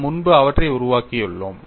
நாம் முன்பு அவற்றை உருவாக்கியுள்ளோம்